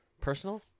personal